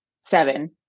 seven